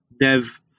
dev